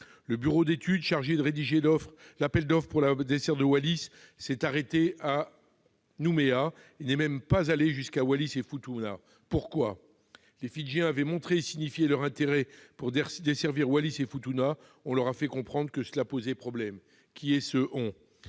Le bureau d'études chargé de rédiger l'appel d'offres pour la desserte de Wallis s'est arrêté à Nouméa. Il ne s'est même pas rendu à Wallis-et-Futuna. Pourquoi ? Les Fidjiens avaient signifié leur intérêt pour une desserte de Wallis-et-Futuna. On leur a fait comprendre que cela posait problème. Qui est ce « on »?